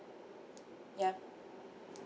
yup